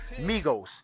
Migos